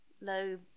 low